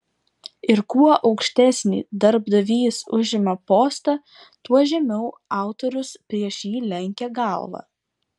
ir kuo aukštesnį darbdavys užima postą tuo žemiau autorius prieš jį lenkia galvą